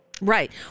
Right